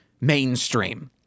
mainstream